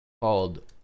called